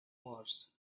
wars